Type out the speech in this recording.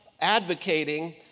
advocating